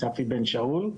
צפי בן שאול.